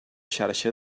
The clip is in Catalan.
xarxa